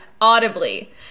audibly